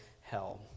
hell